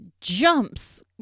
jumps